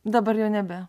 dabar jau nebe